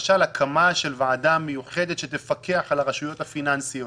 כמו הקמה של ועדה מיוחדת שתפקח על הרשויות הפיננסיות.